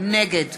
נגד